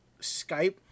Skype